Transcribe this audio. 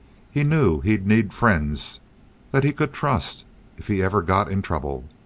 he knew he'd need friends that he could trust if he ever got in trouble.